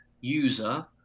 user